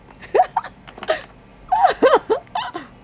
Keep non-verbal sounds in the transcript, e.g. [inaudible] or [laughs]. [laughs]